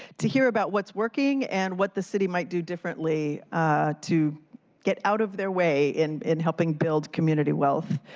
to hear about what's working, and what the city might do differently to get out of their way in in helping build community wealth,